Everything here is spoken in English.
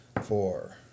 Four